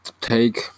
take